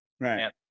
right